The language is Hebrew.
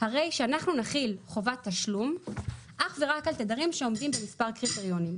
הרי שאנחנו נחיל חובת תשלום אך ורק על תדרים שעומדים במספר קריטריונים.